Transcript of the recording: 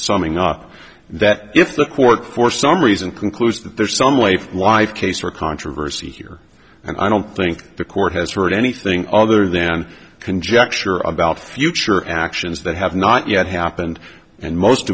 summing up that if the court for some reason concludes that there's some way of life case or controversy here and i don't think the court has heard anything other than conjecture about future actions that have not yet happened and most